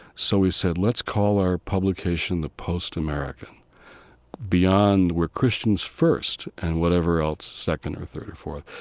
so we said, let's call our publication the post american beyond, we're christians first and whatever else, second or third or fourth.